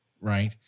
right